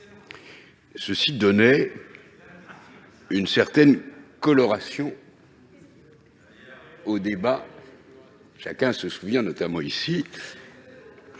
Cela donnait une certaine coloration au débat, chacun se souvenant, notamment ici,